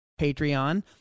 Patreon